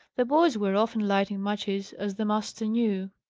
the boys were often lighting matches, as the master knew.